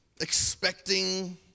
expecting